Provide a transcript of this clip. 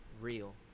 real